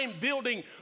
building